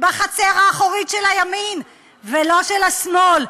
בחצר האחורית של הימין ולא של השמאל.